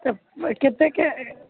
कतेकके